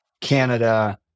Canada